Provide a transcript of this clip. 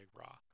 raw